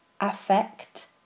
affect